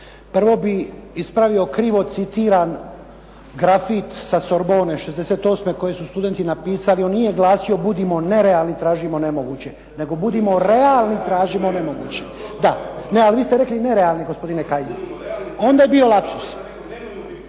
Prvo bih ispravio krivo citiran grafit sa Sorbone '68. koji su studenti napisali. On nije glasio "Budimo nerealni, tražimo nemoguće", nego "Budimo realni, tražimo nemoguće". … /Upadica se ne čuje./… Ne, ali vi ste rekli nerealni, gospodine Kajin. Onda je bio lapsus.